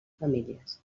famílies